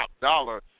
dollar